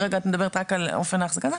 כרגע את מדברת רק על אופן האחזקה,